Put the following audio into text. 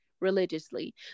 religiously